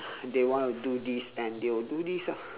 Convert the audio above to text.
they want to do this and they will do this ah